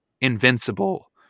Invincible